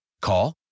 Call